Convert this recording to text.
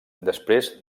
després